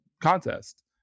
contest